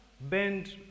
bend